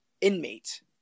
inmate